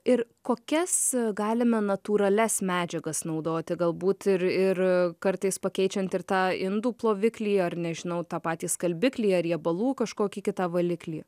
ir kokias galime natūralias medžiagas naudoti galbūt ir ir kartais pakeičiant ir tą indų ploviklį ar nežinau tą patį skalbiklį riebalų kažkokį kitą valiklį